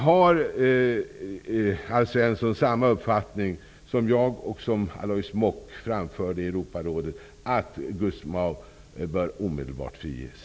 Har Alf Svensson samma uppfattning som jag har och som Alois Mock framförde i Europarådet att Gusmao omedelbart bör friges?